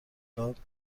داد